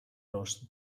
nos